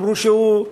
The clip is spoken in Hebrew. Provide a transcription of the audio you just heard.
אמרו שהוא,